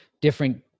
different